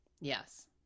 Yes